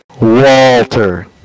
Walter